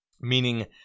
Meaning